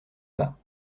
bas